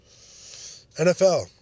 NFL